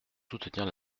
soutenir